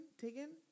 Taken